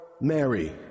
Mary